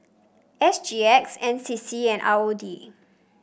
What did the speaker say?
S G X N C C and R O D